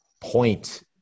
point